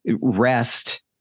rest